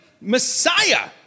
Messiah